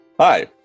Hi